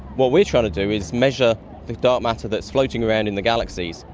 what we're trying to do is measure the dark matter that's floating around in the galaxies,